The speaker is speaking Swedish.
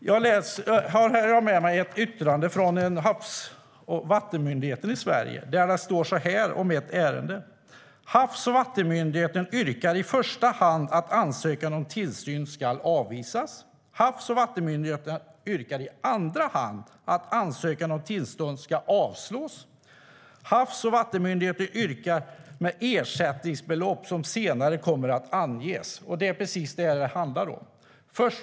Jag har med mig ett yttrande från Havs och vattenmyndigheten i Sverige där det står så här om ett ärende: Havs och vattenmyndigheten yrkar i första hand att ansökan om tillsyn ska avvisas. Havs och vattenmyndigheten yrkar i andra hand att ansökan om tillstånd ska avslås. Havs och vattenmyndigheten yrkar på ett ersättningsbelopp som senare kommer att anges. Det är precis det här det handlar om.